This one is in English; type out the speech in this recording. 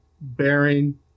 bearing